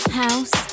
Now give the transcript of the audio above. house